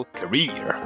career